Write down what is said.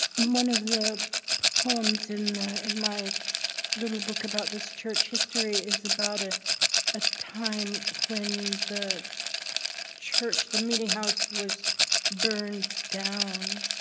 one of the poems in in my little book about this church history is about ah a time when the church, the meeting house, was burned down.